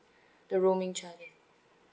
the roaming charges